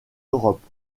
europe